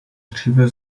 dříve